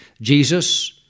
Jesus